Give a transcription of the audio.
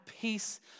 peace